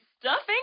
stuffing